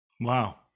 wow